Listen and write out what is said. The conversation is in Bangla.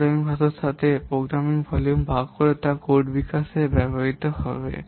প্রোগ্রামিং ভাষার স্তরের সাথে প্রোগ্রাম ভলিউম ভাগ করে যা কোড বিকাশে ব্যবহৃত হবে